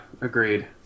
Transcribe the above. agreed